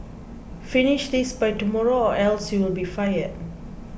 finish this by tomorrow or else you'll be fired